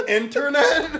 internet